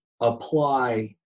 apply